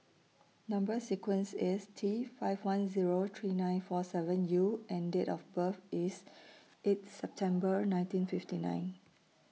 Number sequence IS T five one Zero three nine four seven U and Date of birth IS eighth September nineteen fifty nine